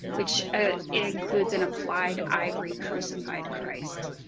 which ah includes an applied ivory crucified christ.